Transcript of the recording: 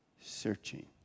searching